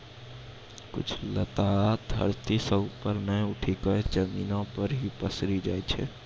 कुछ लता धरती सं ऊपर नाय उठी क जमीन पर हीं पसरी जाय छै